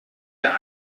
der